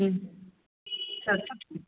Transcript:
ह्म् सत्यम्